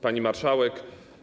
Pani Marszałek!